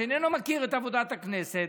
שאיננו מכיר את עבודת הכנסת,